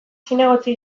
zinegotzi